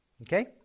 Okay